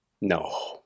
No